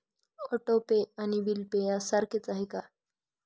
Auto pay आणि bill pay सारखेच आहे का?